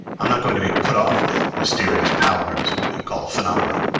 i'm not going to be put off with mysterious powers and what you call phenomena.